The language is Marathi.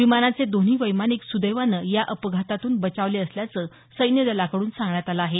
विमानाचे दोन्ही वैमानिक सुदैवानं या अपघातातून बचावले असल्याचं सैन्यदलाकडून सांगण्यात आलं आहे